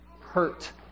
hurt